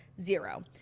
Zero